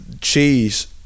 cheese